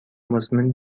مزمن